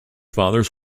fathers